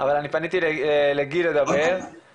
על כל הקונספט הזה,